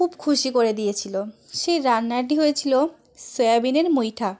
খুব খুশি করে দিয়েছিলো সেই রান্নাটি হয়েছিলো সয়াবিনের মুইঠা